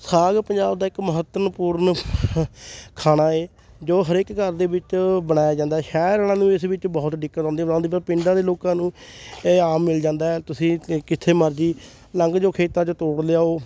ਸਾਗ ਪੰਜਾਬ ਦਾ ਇੱਕ ਮਹੱਤਵਪੂਰਨ ਖਾਣਾ ਏ ਜੋ ਹਰੇਕ ਘਰ ਦੇ ਵਿੱਚ ਬਣਾਇਆ ਜਾਂਦਾ ਸ਼ਹਿਰ ਵਾਲਿਆਂ ਨੂੰ ਇਸ ਵਿੱਚ ਬਹੁਤ ਦਿੱਕਤ ਆਉਂਦੀ ਬਣਾਉਣ ਦੀ ਪਰ ਪਿੰਡਾਂ ਦੇ ਲੋਕਾਂ ਨੂੰ ਇਹ ਆਮ ਮਿਲ ਜਾਂਦਾ ਤੁਸੀਂ ਕਿੱਥੇ ਮਰਜ਼ੀ ਲੰਘ ਜਾਓ ਖੇਤਾਂ 'ਚੋਂ ਤੋੜ ਲਿਆਓ